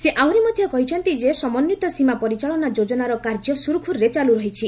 ସେ ଆହୁରି ମଧ୍ୟ କହିଛନ୍ତି ଯେ ସମନ୍ୱିତ ସୀମା ପରିଚାଳନା ଯୋକନାର କାର୍ଯ୍ୟ ସୁରୁଖୁରରେ ଚାଲୁ ରହିଛି